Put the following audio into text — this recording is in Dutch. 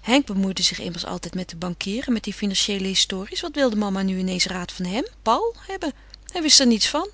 henk bemoeide zich immers altijd met den bankier en met die financieele histories wat wilde mama nu in eens raad van hem paul hebben hij wist er niets van